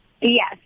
yes